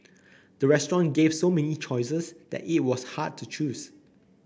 the restaurant gave so many choices that it was hard to choose